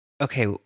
okay